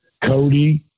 Cody